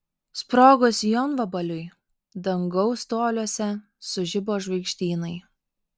sprogus jonvabaliui dangaus toliuose sužibo žvaigždynai